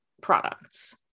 products